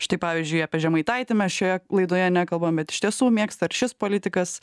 štai pavyzdžiui apie žemaitaitį mes šioje laidoje nekalbam bet iš tiesų mėgsta ir šis politikas